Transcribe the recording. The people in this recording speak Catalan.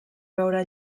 veure